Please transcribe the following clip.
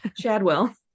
shadwell